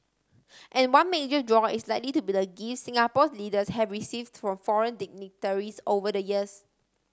and one major draw is likely to be the gifts Singapore's leaders have received from foreign dignitaries over the years